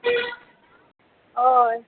हय